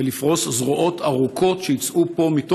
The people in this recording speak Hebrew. לפרוס זרועות ארוכות שיצאו מפה,